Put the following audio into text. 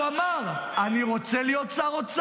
שמיים פתוחים.